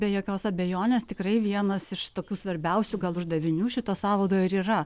be jokios abejonės tikrai vienas iš tokių svarbiausių gal uždavinių šito sąvado ir yra